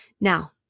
now